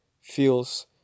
feels